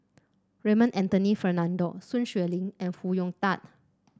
Raymond Anthony Fernando Sun Xueling and Foo Hong Tatt